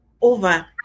over